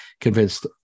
convinced